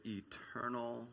eternal